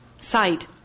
Side